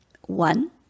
One